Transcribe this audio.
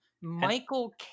Michael